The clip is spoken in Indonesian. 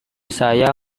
saya